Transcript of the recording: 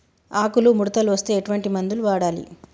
ఆకులు ముడతలు వస్తే ఎటువంటి మందులు వాడాలి?